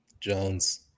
Jones